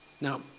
Now